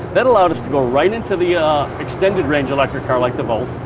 that allowed us to go right into the ah extended range electric car like the volt,